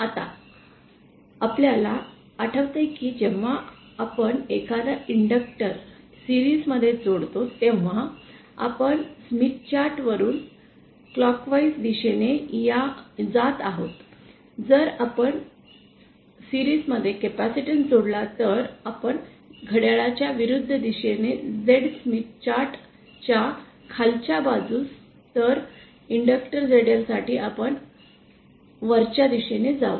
आता आपल्याला आठवतंय की जेव्हा आपण एखाद इंडक्टर् मालिकेत जोडतो तेव्हा आपण स्मिथ चार्ट वरुन घड्याळाच्या दिशेने जात आहोत जर आपण मालिकेत कॅपेसिटन्स जोडला तर आपण घड्याळाच्या दिशेने जाऊ z स्मिथ चार्ट च्या खालच्या बाजूस तर इन्डक्टिव zl साठी आपण वरच्या दिशेने जाऊ